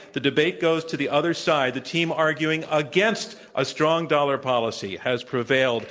the debate goes to the other side. the team arguing against a strong dollar policy has prevailed.